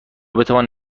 بتوان